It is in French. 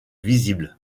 visible